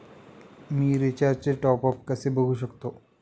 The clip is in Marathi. मी रिचार्जचे टॉपअप कसे बघू शकतो?